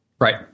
Right